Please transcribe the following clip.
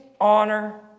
honor